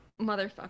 motherfucker